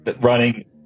running